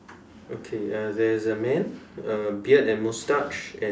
okay uh there is a man um beard and mustache and